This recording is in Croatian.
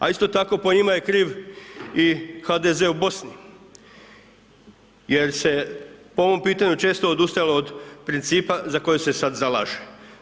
A isto tako, po njima je kriv i HDZ u Bosni jer se po ovom pitanju često odustajalo od principa za koji se sad zalaže.